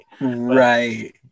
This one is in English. Right